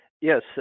Yes